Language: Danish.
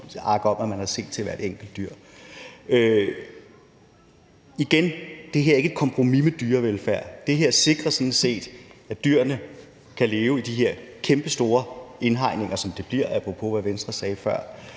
her er ikke et kompromis med dyrevelfærd, det her sikrer sådan set, at dyrene kan leve i de her kæmpestore indhegninger, som det bliver